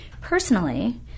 personally –